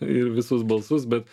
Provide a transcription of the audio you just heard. ir visus balsus bet